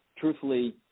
truthfully